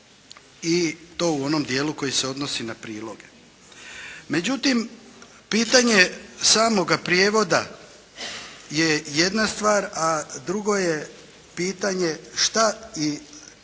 i to u onom dijelu koji se odnosi na priloge. Međutim pitanje samoga prijevoda je jedna stvar, a drugo je pitanje šta se